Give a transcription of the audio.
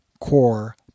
core